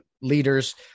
leaders